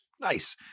Nice